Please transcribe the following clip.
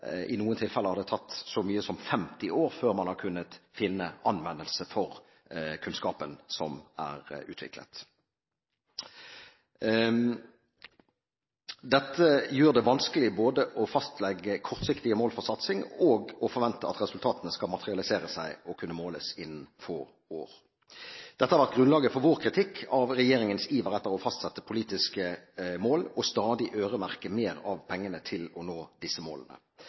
i noen tilfeller tatt så mye som 50 år før man har kunnet finne anvendelse for kunnskapen som er utviklet. Dette gjør det vanskelig både å fastlegge kortsiktige mål for satsing og å forvente at resultatene skal materialisere seg og kunne måles innen få år. Dette har vært grunnlaget for vår kritikk av regjeringens iver etter å fastsette politiske mål og stadig øremerke mer av pengene til å nå disse målene.